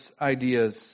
ideas